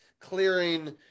clearing